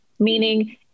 Meaning